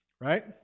right